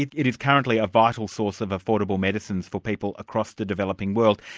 it is currently a vital source of affordable medicines for people across the developing world,